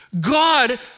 God